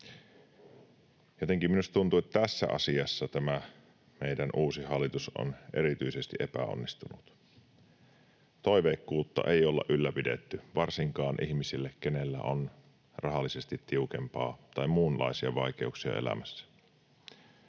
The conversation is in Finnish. Jotenkin minusta tuntuu, että tässä asiassa tämä meidän uusi hallitus on erityisesti epäonnistunut. Toiveikkuutta ei olla ylläpidetty, varsinkaan ihmisille, keillä on rahallisesti tiukempaa tai muunlaisia vaikeuksia elämässä.